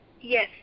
yes